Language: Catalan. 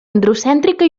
androcèntrica